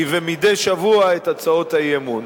כמדי שבוע, את הצעות האי-אמון.